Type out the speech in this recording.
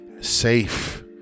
safe